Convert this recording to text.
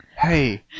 hey